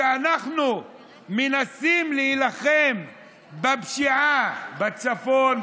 כשאנחנו מנסים להילחם בפשיעה בצפון,